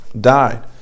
died